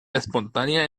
espontánea